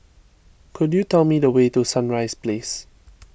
could you tell me the way to Sunrise Place